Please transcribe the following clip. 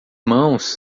mãos